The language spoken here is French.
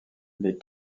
les